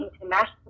international